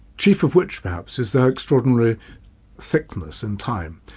chief of which perhaps is their extraordinary thickness in time.